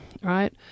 right